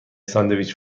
ساندویچ